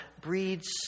breeds